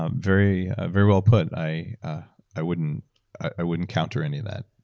um very ah very well put, i i wouldn't i wouldn't counter any of that.